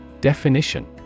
Definition